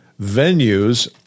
venues